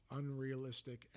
unrealistic